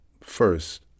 first